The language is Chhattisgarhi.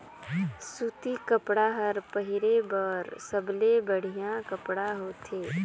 सूती कपड़ा हर पहिरे बर सबले बड़िहा कपड़ा होथे